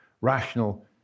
rational